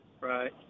right